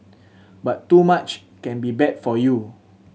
but too much can be bad for you